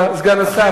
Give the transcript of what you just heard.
תודה, סגן השר.